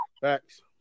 Facts